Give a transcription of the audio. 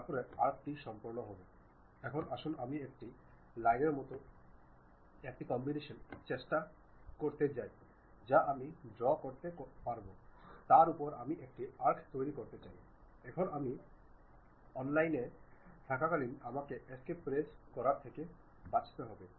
তারপরে বৈশিষ্ট্যগুলিতে যান প্রথমে অবজেক্টটি ঘোরান তারপরে এক্সট্রুড করুন এটি সিলিন্ডারের মতোকিছু দেখাবে যা তৈরি করা যেতে পারে তবে আমি টেপারের মতো সম্ভবত 1 ডিগ্রি 10 ডিগ্রি 20 ডিগ্রি দিতে পারি